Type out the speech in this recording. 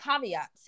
caveats